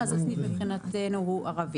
אז מבחינתנו הסניף הוא ערבי.